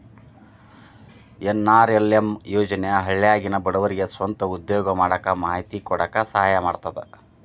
NRLM ಯೋಜನೆ ಹಳ್ಳ್ಯಾಗಿನ ಬಡವರಿಗೆ ಸ್ವಂತ ಉದ್ಯೋಗಾ ಮಾಡಾಕ ಮಾಹಿತಿ ಕೊಡಾಕ ಸಹಾಯಾ ಮಾಡ್ತದ